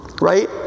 Right